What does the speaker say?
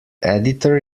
editor